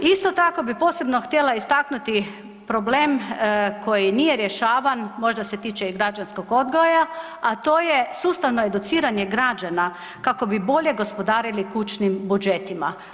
Isto tako bi posebno htjela istaknuti problem koji nije rješavan, možda se tiče i građanskog odgoja, a to je sustavno educiranje građana kako bi bolje gospodarili kućnim budžetima.